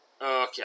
Okay